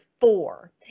four